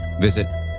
visit